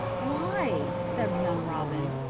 why? said young robin.